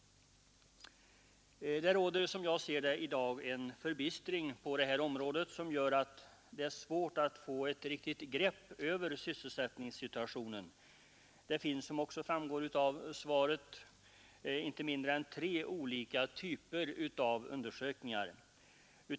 Det råder, som jag ser det, i dag en förbistring på det här området, som gör att det är svårt att få ett riktigt grepp över sysselsättningssituationen. Det finns, som också framgår av svaret, inte mindre än tre olika typer av undersökningar.